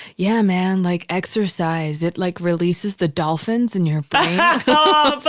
yeah man, like exercise. it like releases the dolphins in your but